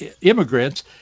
immigrants